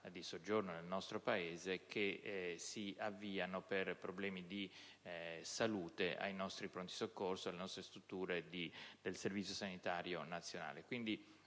di soggiorno nel nostro Paese che si avviano per problemi di salute alle nostre strutture del Servizio sanitario nazionale,